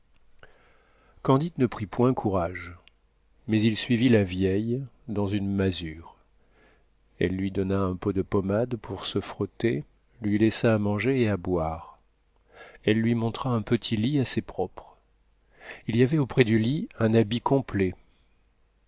candide ne prit point courage mais il suivit la vieille dans une masure elle lui donna un pot de pommade pour se frotter lui laissa à manger et à boire elle lui montra un petit lit assez propre il y avait auprès du lit un habit complet